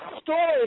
story